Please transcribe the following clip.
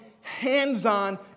hands-on